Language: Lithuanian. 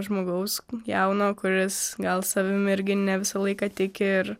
žmogaus jauno kuris gal savimi irgi ne visą laiką tiki ir